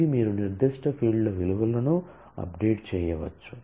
ఇది మీరు నిర్దిష్ట ఫీల్డ్ల విలువలను అప్డేట్ చేయవచ్చు